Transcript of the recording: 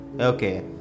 okay